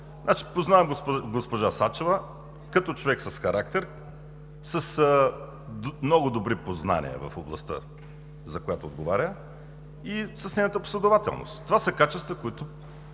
Познавам госпожа Сачева като човек с характер, с много добри познания в областта, за която отговаря, и с нейната последователност. Това са качества, които